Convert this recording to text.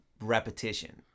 repetition